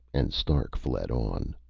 and stark fled on.